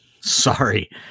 sorry